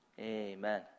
amen